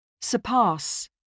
surpass